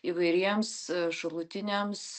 įvairiems šalutiniams